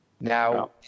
now